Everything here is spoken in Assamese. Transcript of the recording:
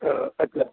অঁ আচ্চা